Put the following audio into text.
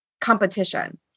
competition